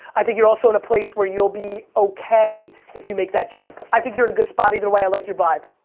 i think you're also in a place where you'll be okay if you make that jump. i think you're in a good spot either way, i like your vibe.